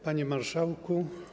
Panie Marszałku!